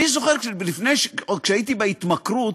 אני זוכר, כשהייתי בהתמכרות,